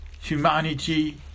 humanity